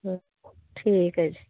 ਹਾਂ ਠੀਕ ਹੈ ਜੀ